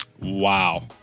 Wow